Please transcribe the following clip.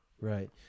Right